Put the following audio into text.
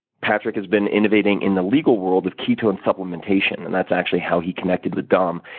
patrick has been innovating in the legal world of ketone supplementation, and that's actually how he connected with dom,